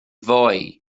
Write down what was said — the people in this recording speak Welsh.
fwy